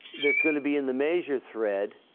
that's going to be in the major thread